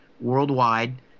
worldwide